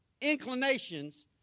inclinations